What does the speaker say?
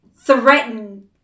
threaten